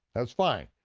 that's fine,